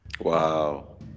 Wow